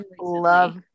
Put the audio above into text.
Love